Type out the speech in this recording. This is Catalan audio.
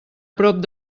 prop